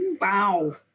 Wow